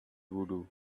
voodoo